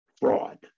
fraud